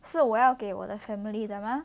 是我要给我的 family 的嘛